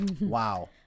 wow